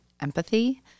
empathy